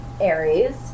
Aries